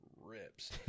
rips